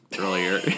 earlier